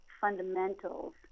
fundamentals